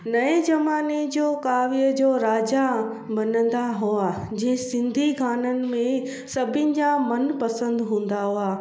नएं ज़माने जो काव्य जो राजा मञींदा हुआ जंहिं सिंधी गाननि में सभिनी जा मनपसंदि हूंदा हुआ